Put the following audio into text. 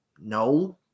No